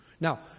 Now